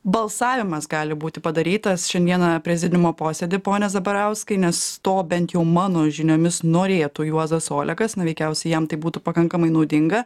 balsavimas gali būti padarytas šiandiena prezidiumo posėdy pone zabarauskai nes to bent jau mano žiniomis norėtų juozas olekas na veikiausiai jam tai būtų pakankamai naudinga